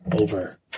over